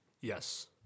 Yes